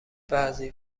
بعضی